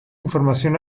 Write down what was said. información